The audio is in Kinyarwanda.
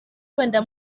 wenda